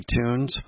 iTunes